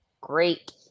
great